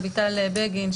אביטל בגין,